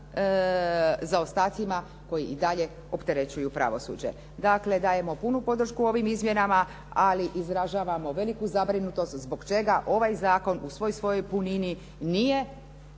zaostacima koji i dalje opterećuju pravosuđe. Dakle, dajemo punu podršku ovim izmjenama ali izražavamo veliku zabrinutost zbog čega ovaj zakon u svoj svojoj punini nije